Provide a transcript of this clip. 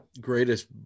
greatest